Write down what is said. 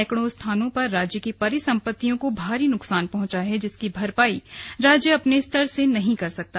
सैकड़ों स्थानों पर राज्य की परिसंपत्तियों को भारी नुकसान पहुंचा है जिसकी भरपाई राज्य अपने स्तर से नहीं कर सकता